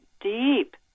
deep